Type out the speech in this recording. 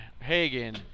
Hagen